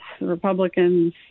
Republicans